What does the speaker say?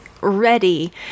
ready